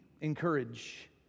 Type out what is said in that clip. encourage